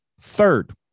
third